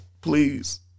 please